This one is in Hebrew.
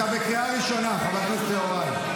אתה בקריאה ראשונה, חבר הכנסת יוראי.